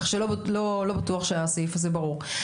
כך שלא בטוח שהסעיף הזה ברור.